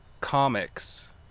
comics